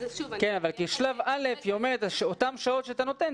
אבל כשלב ראשון היא אומרת שאת אותן שעות שאתה נותן,